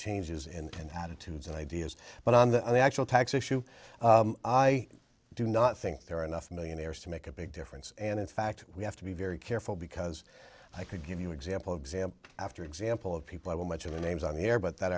changes in attitudes and ideas but on the actual tax issue i do not think there are enough millionaires to make a big difference and in fact we have to be very careful because i could give you example example after example of people i will mention the names on the air but that